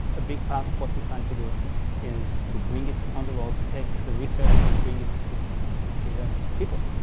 a big part of what we're trying to do is to bring it on the wall to take the research and bring it to to the um people.